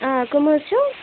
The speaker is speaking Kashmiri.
آ کَم حظ چھِو